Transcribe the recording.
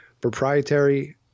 proprietary